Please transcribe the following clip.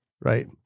Right